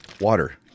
water